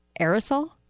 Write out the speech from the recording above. Aerosol